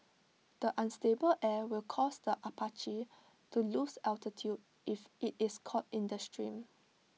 the unstable air will cause the Apache to lose altitude if IT is caught in the stream